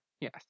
Yes